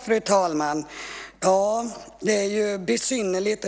Fru talman! Jag instämmer med Karin Granbom: Det är besynnerligt